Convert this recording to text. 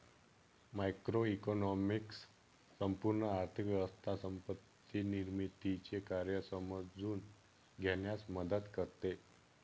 macroeconomics संपूर्ण आर्थिक व्यवस्था संपत्ती निर्मितीचे कार्य समजून घेण्यास मदत करते